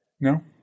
No